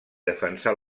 defensar